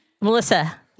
Melissa